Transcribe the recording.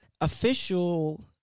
official